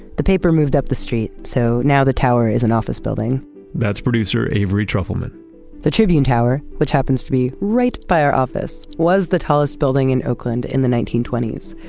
the paper moved up the street, so now the tower is an office building that's producer avery trufelman the tribune tower, which happens to be right by our office, was the tallest building in oakland in the nineteen twenty s.